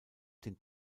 den